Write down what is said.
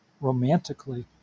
romantically